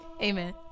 Amen